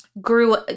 grew